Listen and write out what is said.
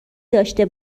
داشته